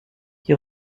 qui